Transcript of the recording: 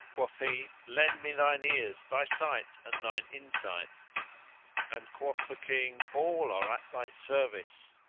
quoth he, lend me thine ears, thy sight and thine insight and quoth the king, all are at thy service!